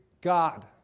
God